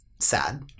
sad